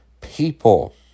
people